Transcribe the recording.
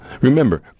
remember